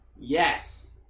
Yes